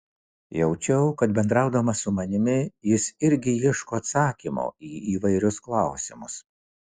jaučiau kad bendraudamas su manimi jis irgi ieško atsakymo į įvairius klausimus